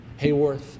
Hayworth